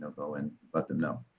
go and let them know.